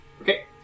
Okay